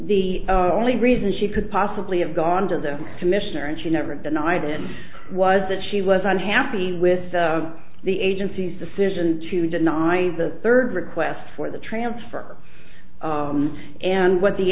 the only reason she could possibly have gone to the commissioner and she never denied him was that she was unhappy with the agency's decision to deny the third request for the transfer and what the